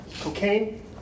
cocaine